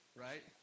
right